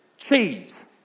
Cheese